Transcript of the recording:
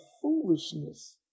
foolishness